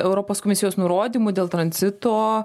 europos komisijos nurodymų dėl tranzito